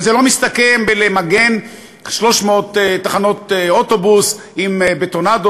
וזה לא מסתכם בלמגן 300 תחנות אוטובוס עם בטונדות,